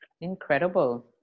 Incredible